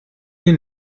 wir